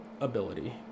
ability